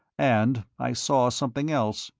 and i saw something else.